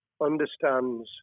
understands